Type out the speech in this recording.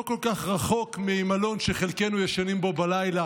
לא כל כך רחוק ממלון שחלקנו ישנים בו בלילה